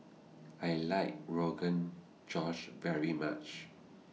I like Rogan Josh very much